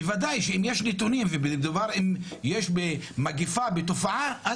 בוודאי שאם יש נתונים ואם מדובר במגיפה או תופעה,